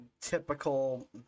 typical